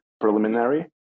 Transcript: preliminary